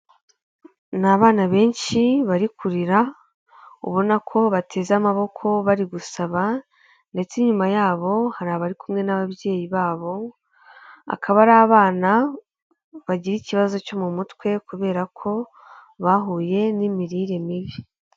Ni abana benshi bari kurira, ubona ko bateze amaboko bari gusaba ndetse inyuma yabo hari abari kumwe n'ababyeyi babo, akaba ari abana bagira ikibazo cyo mu mutwe kubera ko bahuye n'imirire mibi.